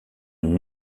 une